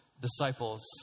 disciples